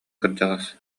кырдьаҕас